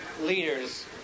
leaders